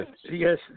Yes